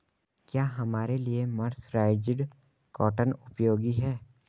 क्या हमारे लिए मर्सराइज्ड कॉटन उपयोगी है?